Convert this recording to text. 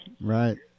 Right